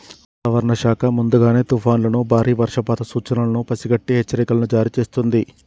వాతావరణ శాఖ ముందుగానే తుఫానులను బారి వర్షపాత సూచనలను పసిగట్టి హెచ్చరికలను జారీ చేస్తుంది